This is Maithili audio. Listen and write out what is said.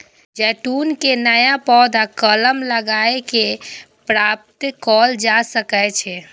जैतून के नया पौधा कलम लगाए कें प्राप्त कैल जा सकै छै